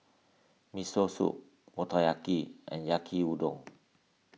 Miso Soup Motoyaki and Yaki Udon